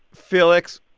felix,